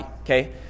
Okay